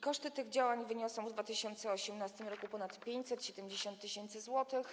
Koszty tych działań wyniosą w 2018 r. ponad 570 tys. zł.